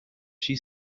she